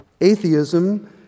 Atheism